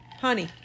honey